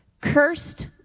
Cursed